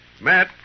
Matt